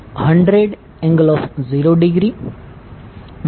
જ્યાંરે Ia6